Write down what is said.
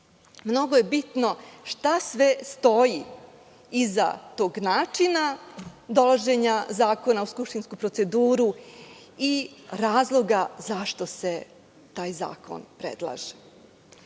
je bitno šta sve stoji iza tog načina dolaženja zakona u skupštinsku proceduru i razloga zašto se taj zakon predlaže.